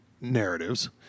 narratives